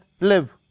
live